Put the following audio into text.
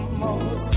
more